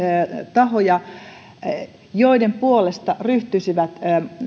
tahoja joiden puolesta ryhtyisivät